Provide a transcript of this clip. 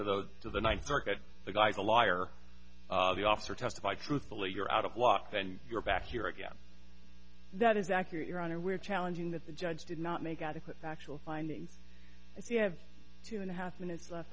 to those to the ninth circuit the guy the lawyer the officer testified truthfully you're out of luck then you're back here again that is accurate your honor we're challenging that the judge did not make adequate factual finding if you have two and a half minutes left